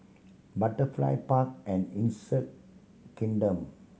Butterfly Park and Insect Kingdom